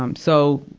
um so,